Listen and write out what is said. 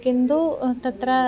किन्तु तत्र